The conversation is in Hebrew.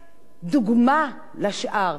כי יסתכלו הקטנים ויגידו: